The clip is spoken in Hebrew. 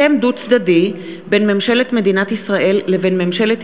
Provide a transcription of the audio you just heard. הסכם דו-צדדי בין ממשלת מדינת ישראל לבין ממשלת